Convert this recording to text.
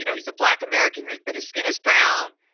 you know he's a black american. but his skin is brown.